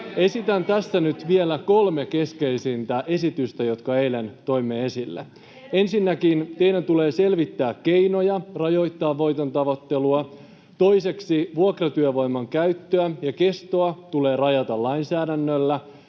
Esitän tässä nyt vielä kolme keskeisintä esitystä, jotka eilen toimme esille. [Sanna Antikainen: Teidän tekemättömien töiden lista!] Ensinnäkin teidän tulee selvittää keinoja rajoittaa voiton tavoittelua. Toiseksi, vuokratyövoiman käyttöä ja kestoa tulee rajata lainsäädännöllä.